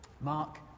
Mark